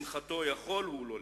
בשמחתו יכול הוא לא להשתתף,